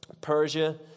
Persia